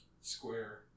square